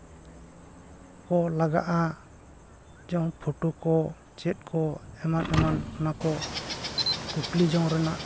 ᱠᱚ ᱞᱟᱜᱟᱜᱼᱟ ᱡᱮᱢᱚᱱ ᱯᱷᱚᱴᱳ ᱠᱚ ᱪᱮᱫ ᱠᱚ ᱮᱢᱟᱱ ᱮᱢᱟᱱ ᱚᱱᱟ ᱠᱚ ᱠᱩᱠᱞᱤ ᱡᱚᱝ ᱨᱮᱱᱟᱜ